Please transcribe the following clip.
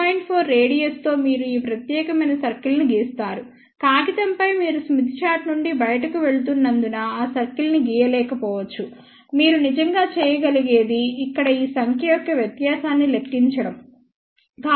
4 radius తో మీరు ఈ ప్రత్యేకమైన సర్కిల్ ని గీస్తారు కాగితం పై మీరు స్మిత్ చార్ట్ నుండి బయటకు వెళుతున్నందున ఆ సర్కిల్ ని గీయలేకపోవచ్చు మీరు నిజంగా చేయగలిగేది ఇక్కడ ఈ సంఖ్య యొక్క వ్యత్యాసాన్ని లెక్కించండి